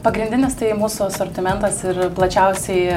pagrindinis tai mūsų asortimentas ir plačiausiai